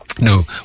No